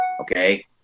okay